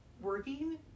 working